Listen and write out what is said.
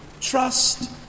trust